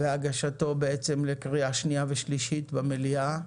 והגשתו לקריאה שנייה ושלישית במליאה.